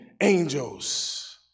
angels